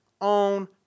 own